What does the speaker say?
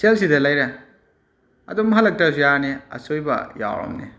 ꯁꯦꯜ ꯁꯤꯗ ꯂꯩꯔꯦ ꯑꯗꯨꯝ ꯍꯜꯂꯛꯇ꯭ꯔꯁꯨ ꯌꯥꯔꯅꯤ ꯑꯆꯣꯏꯕ ꯌꯥꯎꯔꯝꯅꯤ